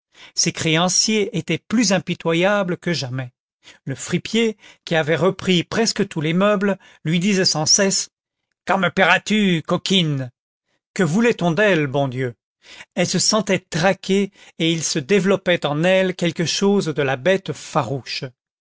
ses créanciers étaient plus impitoyables que jamais le fripier qui avait repris presque tous les meubles lui disait sans cesse quand me payeras tu coquine que voulait-on d'elle bon dieu elle se sentait traquée et il se développait en elle quelque chose de la bête farouche